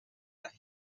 that